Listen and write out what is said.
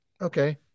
Okay